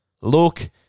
look